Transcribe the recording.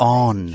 on